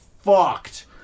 fucked